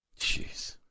Jeez